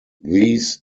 this